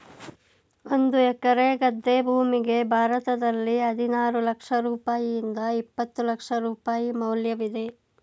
ಒಂದು ಎಕರೆ ಗದ್ದೆ ಭೂಮಿಗೆ ಭಾರತದಲ್ಲಿ ಹದಿನಾರು ಲಕ್ಷ ರೂಪಾಯಿಯಿಂದ ಇಪ್ಪತ್ತು ಲಕ್ಷ ರೂಪಾಯಿ ಮೌಲ್ಯವಿದೆ